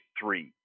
three